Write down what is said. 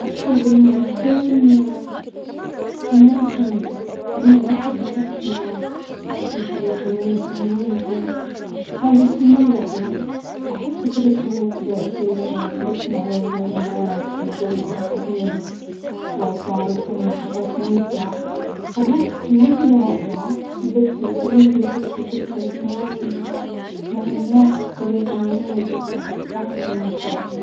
أحب إني أكون فنان كوميدي لأن الضحك يفرح الناس ويخليهم ينسوا همومهم، هذا الشي مرة حلو، أحب فكرة إني أقدر أثير البسمة على وجوه الناس ووجوه الآخرين، وأشاركهم لحظات ممتعة، الرقص موهبة رائعة بس الكوميديا تعطي فرصة للتواصل مع الناس بطريقة مميزة تخفف من التوتر.